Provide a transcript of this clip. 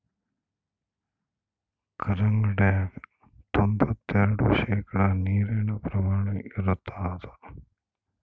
ಕಲ್ಲಂಗಡ್ಯಾಗ ತೊಂಬತ್ತೆರೆಡು ಶೇಕಡಾ ನೀರಿನ ಪ್ರಮಾಣ ಇರತಾದ